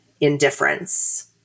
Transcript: indifference